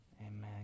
Amen